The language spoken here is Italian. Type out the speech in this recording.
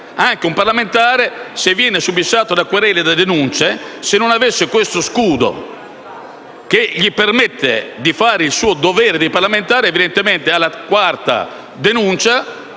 anche un parlamentare se fosse subissato da querele e da denunce e non avesse questo scudo che gli permettesse di fare il suo dovere di parlamentare. Evidentemente alla quarta denuncia